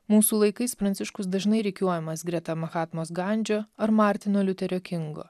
mūsų laikais pranciškus dažnai rikiuojamas greta mahatmos gandžio ar martino liuterio kingo